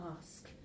ask